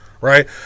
right